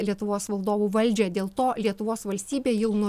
lietuvos valdovų valdžią dėl to lietuvos valstybė jau nuo